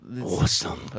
Awesome